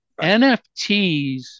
NFTs